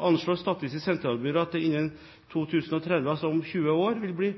anslår Statistisk sentralbyrå at det innen 2030, altså om 20 år, vil bli